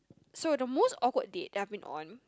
so the most awkward date that I've been on